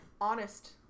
honest